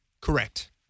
Correct